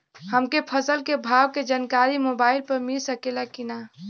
हमके फसल के भाव के जानकारी मोबाइल पर मिल सकेला की ना?